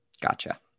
Gotcha